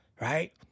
right